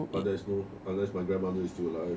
but there's no unless my grandmother is still alive